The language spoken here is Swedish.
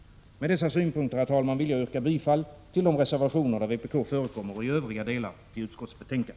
Med dessa synpunkter vill jag yrka bifall till de reservationer, där vpk förekommer och i övriga delar till utskottets hemställan.